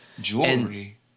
Jewelry